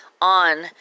on